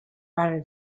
rather